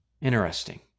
Interesting